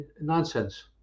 nonsense